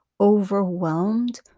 overwhelmed